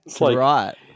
Right